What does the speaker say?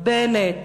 בנט,